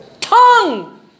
tongue